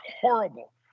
Horrible